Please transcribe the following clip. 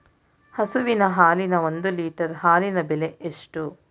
ಹಸುವಿನ ಹಾಲಿನ ಒಂದು ಲೀಟರ್ ಹಾಲಿನ ಬೆಲೆ ಎಷ್ಟು?